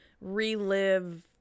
relive